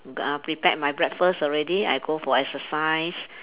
g~ uh prepare my breakfast already I go for exercise